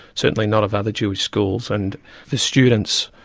certainly not of other jewish schools. and the students,